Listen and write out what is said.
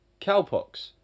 cowpox